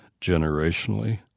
generationally